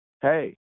hey